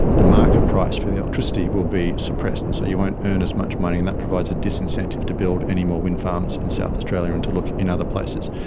the market price for the electricity will be suppressed, and so you won't earn as much money and that provides a disincentive to build any more wind farms in south australia and to look in other places.